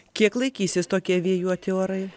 kieik laikysis tokie vėjuoti orai